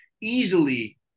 easily